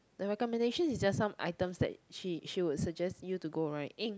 the recommendation is just some items that she she would suggest you to go right